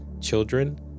children